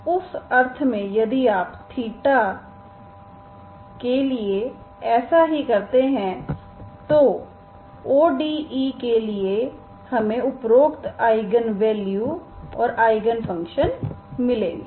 तो उस अर्थ में यदि आप के लिए ऐसा ही करते हैं तो ODE के लिए हमें उपरोक्त आईगन मूल्य और आईगन फंक्शन मिलेंगे